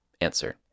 answer